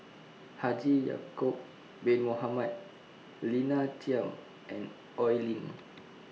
Haji Ya'Acob Bin Mohamed Lina Chiam and Oi Lin